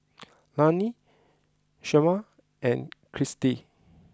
Lanny Shemar and Kristy